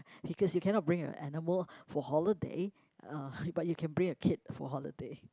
because you cannot bring a animal for holiday uh but you can bring a kid for holiday